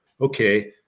okay